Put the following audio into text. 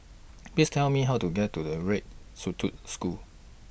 Please Tell Me How to get to The Red School